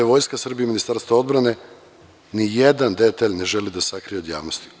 Vojska Srbije i Ministarstvo odbrane ni jedan detalj ne želi da sakrije od javnosti.